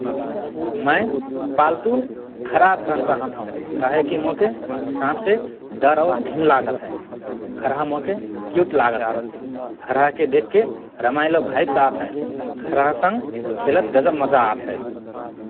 मए पाल्तु खरहा धरन चाहत हओं काहेकि मोके साँपसे डर ओर घिन लागत हए । खरहा मोके क्युट लागत हए । खरहाके देखके रमाइलो भइब्स आत हए । खरहासंग खेलत गजब मजा आत हए ।